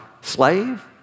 slave